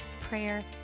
prayer